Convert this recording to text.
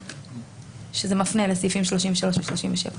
זה מפנה לסעיפים 33 ו-37.